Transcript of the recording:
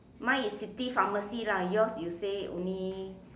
mine is city pharmacy lah yours you say only